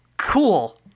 cool